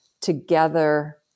together